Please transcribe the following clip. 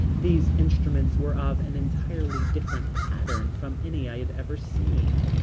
these instruments were of an entirely different pattern from any i had ever seen.